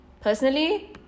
personally